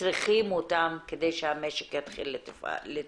צריכים אותם כדי שהמשק יתחיל לתפעל.